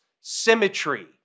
symmetry